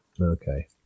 Okay